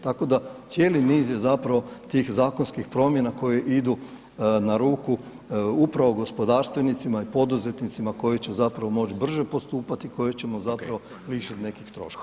Tako da cijeli niz je zapravo tih zakonskih promjena koje idu na ruku upravo gospodarstvenicima i poduzetnicima koji će zapravo moć brže postupati i koje ćemo zapravo lišit nekih troškova.